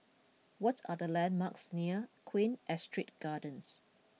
what are the landmarks near Queen Astrid Gardens